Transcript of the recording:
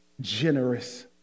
generous